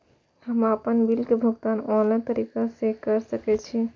हम आपन बिल के भुगतान ऑनलाइन तरीका से कर सके छी?